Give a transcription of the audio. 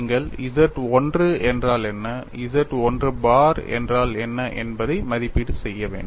நீங்கள் Z 1 என்றால் என்ன Z 1 பார் என்றால் என்ன என்பதை மதிப்பீடு செய்ய வேண்டும்